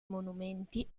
monumenti